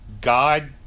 God